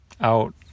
out